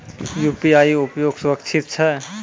UPI उपयोग सुरक्षित छै?